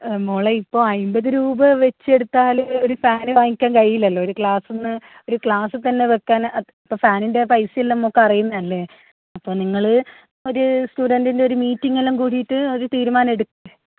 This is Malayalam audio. മോളേ ഇപ്പോൾ അയിമ്പത് രൂപ വച്ച് എടുത്താൽ ഒരു ഫാൻ വാങ്ങിക്കാൻ കഴിയില്ലല്ലോ ഒരു ക്ലാസ്സിൽ നിന്ന് ഒരു ക്ലാസ്സിൽ തന്നെ വയ്ക്കാൻ ഇപ്പോൾ ഫാനിൻ്റെ പൈസ എല്ലാം മോൾക്ക് അറിയുന്നത് അല്ലേ അപ്പോൾ നിങ്ങൾ ഒരു സ്റ്റുഡൻ്റിൻ്റെ ഒരു മീറ്റിംഗ് എല്ലാം കൂടിയിട്ട് ഒരു തീരുമാനം എടുക്ക്